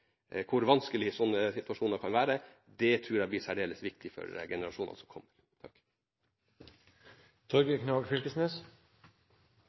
hvor vanskelig sånne situasjoner kan være, tror jeg blir særdeles viktig for generasjonene som kommer.